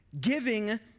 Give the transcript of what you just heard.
Giving